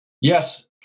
Yes